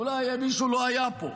אולי מישהו לא היה פה,